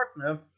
partner